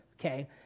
Okay